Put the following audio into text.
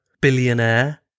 billionaire